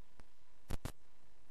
ולכן אני אומר בפשטות,